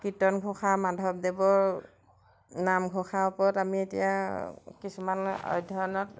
কীৰ্তন ঘোষা মাধৱদেৱৰ নামঘোষাৰ ওপৰত আমি এতিয়া কিছুমান অধ্যয়নত